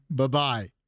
Bye-bye